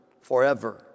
forever